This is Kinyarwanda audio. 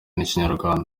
n’ikinyarwanda